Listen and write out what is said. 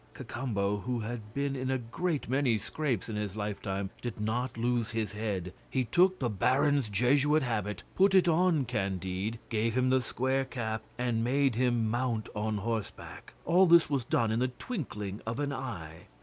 cacambo, who had been in a great many scrapes in his lifetime, did not lose his head he took the baron's jesuit habit, put it on candide, gave him the square cap, and made him mount on horseback. all this was done in the twinkling of an eye.